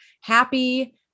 happy